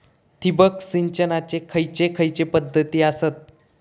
ठिबक सिंचनाचे खैयचे खैयचे पध्दती आसत?